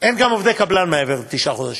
אין גם עובדי קבלן מעבר לתשעה חודשים.